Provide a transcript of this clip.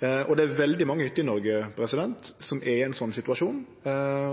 Det er veldig mange som har hytte i Noreg, som er i ein sånn situasjon,